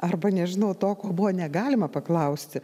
arba nežinau to ko buvo negalima paklausti